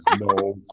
no